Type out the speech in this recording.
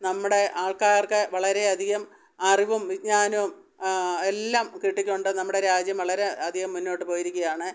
നമ്മുടെ ആൾക്കാർക്ക് വളരെയധികം അറിവും വിജ്ഞാനവും എല്ലാം കിട്ടിക്കൊണ്ട് നമ്മുടെ രാജ്യം വളരെ അധികം മുന്നോട്ടു പോയിരിക്കുകയാണ്